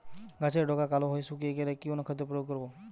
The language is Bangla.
গাছের ডগা কালো হয়ে শুকিয়ে গেলে কি অনুখাদ্য প্রয়োগ করব?